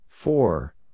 Four